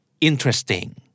interesting